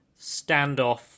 standoff